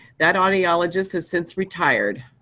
that audiologist has since retired.